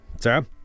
Sarah